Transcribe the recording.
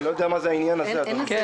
אני לא יודע מה זה העניין הזה, אדוני.